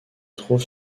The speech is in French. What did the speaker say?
trouve